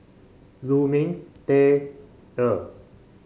Lu Ming Teh Earl